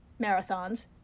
marathons